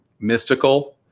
mystical